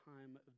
time